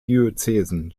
diözesen